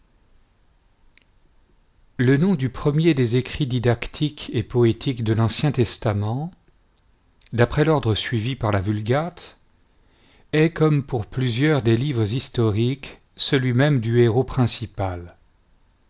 le nom du premier des écrits didactiques et poétiques de l'ancien testament d'après l'ordre suivi par la vulgate est comme pour plusieurs des livres historiques celui même du héros principal